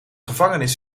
gevangenis